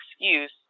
excuse